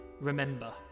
Remember